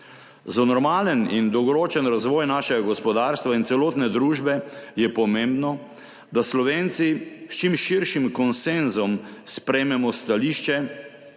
Za normalen in dolgoročen razvoj našega gospodarstva in celotne družbe je pomembno, da Slovenci s čim širšim konsenzom sprejmemo stališče